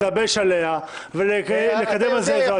להתלבש עליה ולקדם על זה איזה אג'נדה לא קשורה.